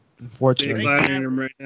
Unfortunately